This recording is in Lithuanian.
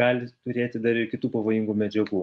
gali turėti dar ir kitų pavojingų medžiagų